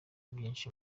byinshi